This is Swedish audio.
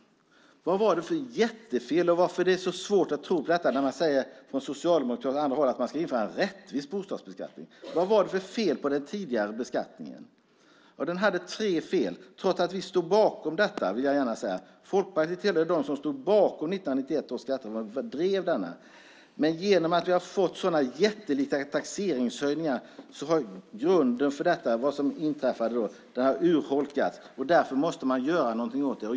Vad var det för jättefel som gjordes? Varför är det så svårt att tro på Socialdemokraterna och andra när de säger att man ska införa en rättvis bostadsbeskattning? Vad var det för fel på den tidigare beskattningen? Den hade tre fel, trots att vi stod bakom detta. Folkpartiet hörde till dem som stod bakom 1991 års skattereform och drev denna. Grunden för det som inträffat är att vi har fått sådana jättelika taxeringshöjningar. Det har urholkat systemet, och därför måste man göra någonting åt det.